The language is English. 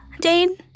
Dane